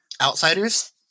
outsiders